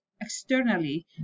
externally